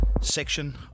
section